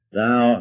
thou